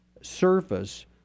surface